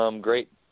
great